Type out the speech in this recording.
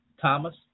Thomas